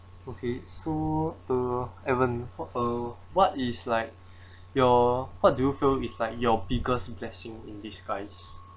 okay so the evan uh what is like your what do you feel is like your biggest blessing in disguise